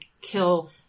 kill